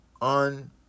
On